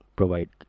provide